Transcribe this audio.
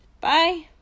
Bye